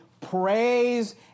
praise